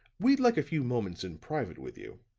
we'd like a few moments in private with you.